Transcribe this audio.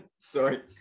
Sorry